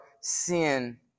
sin